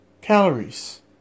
calories